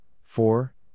four